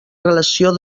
relació